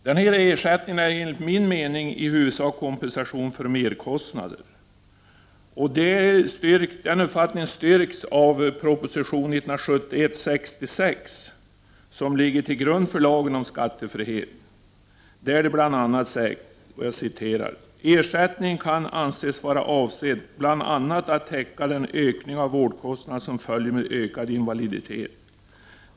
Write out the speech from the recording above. Denna ersättning är, enligt min mening, i huvudsak kompensation för merkostnader, vilket också styrks av proposition 1971:66, som ligger till grund för lagen om skattefrihet, där det bl.a. sägs: ”Ersättningen kan anses vara avsedd bl.a. att täcka den ökning av vårdkostnaden som följer med ökad invaliditet.